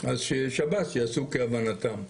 אז ששב"ס יעשו כהבנתם.